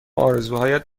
آرزوهایت